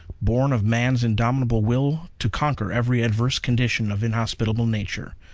born of man's indomitable will to conquer every adverse condition of inhospitable nature.